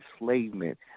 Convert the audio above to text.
enslavement